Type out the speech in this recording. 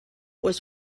was